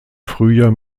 frühjahr